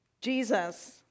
Jesus